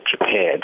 prepared